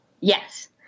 Yes